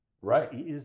Right